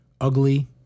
ugly